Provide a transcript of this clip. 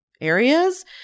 areas